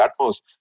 Atmos